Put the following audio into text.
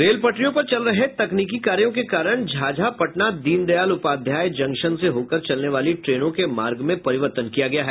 rail पटरियों पर चल रहे तकनीकी कार्यों के कारण झाझा पटना दीनदयाल उपाध्याय जंक्शन से होकर चलने वाली ट्रेनों के मार्ग में परिवर्तन किया गया है